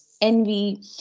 envy